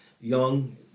young